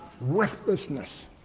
worthlessness